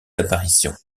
apparitions